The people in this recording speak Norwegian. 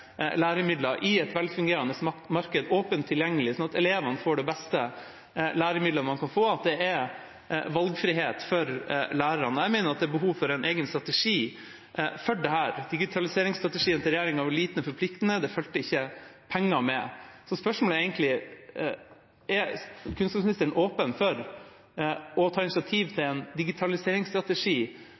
læremidler i et velfungerende marked, åpent tilgjengelig, sånn at elevene får de beste læremidlene man kan få, og at det er valgfrihet for lærerne. Jeg mener at det er behov for en egen strategi for dette. Digitaliseringsstrategien til regjeringa var lite forpliktende, det fulgte ikke penger med. Spørsmålet er egentlig: Er kunnskapsministeren åpen for å ta initiativ til en digitaliseringsstrategi